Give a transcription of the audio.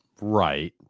Right